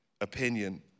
opinion